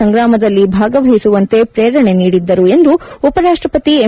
ಸಂಗ್ರಾಮದಲ್ಲಿ ಭಾಗವಹಿಸುವಂತೆ ಪ್ರೇರಣೆ ನೀಡಿದ್ದರು ಎಂದು ಉಪರಾಷ್ಟ್ರಪತಿ ಎಂ